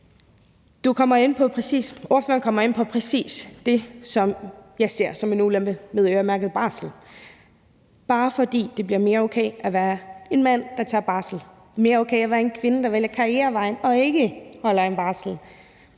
Ordføreren kommer ind på præcis det, som jeg ser som en ulempe ved øremærket barsel. Bare fordi det bliver mere okay at være en mand, der tager barsel, og mere okay at være en kvinde, der vælger karrierevejen, og som ikke holder en barsel,